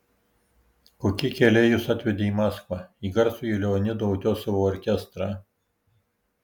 kokie keliai jus atvedė į maskvą į garsųjį leonido utiosovo orkestrą